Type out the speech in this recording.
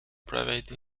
private